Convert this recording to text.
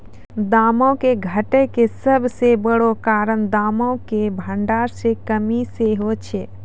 दामो के घटै के सभ से बड़ो कारण दामो के भंडार मे कमी सेहे छै